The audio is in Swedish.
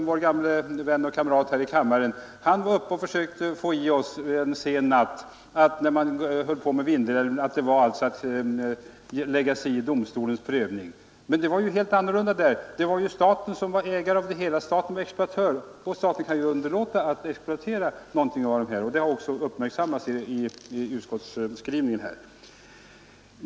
Vår vän och kamrat Gösta Skoglund försökte en sen natt när andra kammaren behandlade Vindelälven göra gällande att vi ville lägga oss i domstolens prövning. Men där var läget ett helt annat. Det var staten som var ägare och exploatör, så staten kunde underlåta att exploatera. Detta har också uppmärksammats i civilutskottets skrivning den här gången.